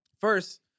First